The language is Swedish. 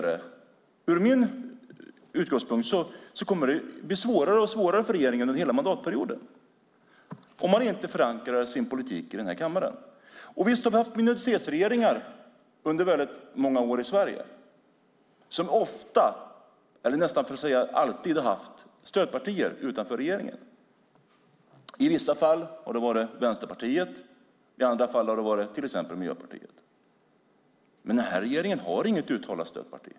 Det kommer att bli svårare och svårare för regeringen under mandatperioden, om man inte förankrar sin politik här i kammaren. Visst har vi haft minoritetsregeringar i Sverige under många år. De har nästan alltid haft stödpartier utanför regeringen. I vissa fall har det varit Vänsterpartiet, i andra fall till exempel Miljöpartiet. Den här regeringen har inget uttalat stödparti.